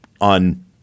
on